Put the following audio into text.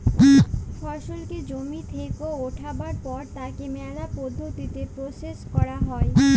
ফসলকে জমি থেক্যে উঠাবার পর তাকে ম্যালা পদ্ধতিতে প্রসেস ক্যরা হ্যয়